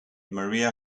maria